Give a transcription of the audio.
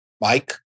Mike